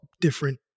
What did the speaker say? different